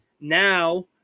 now